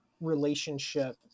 relationship